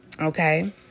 Okay